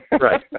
Right